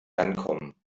ankommen